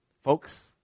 Folks